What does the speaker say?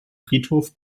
friedhof